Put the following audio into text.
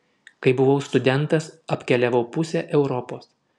kai buvau studentas apkeliavau pusę europos